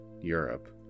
Europe